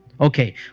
Okay